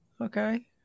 Okay